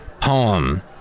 poem